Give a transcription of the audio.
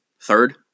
third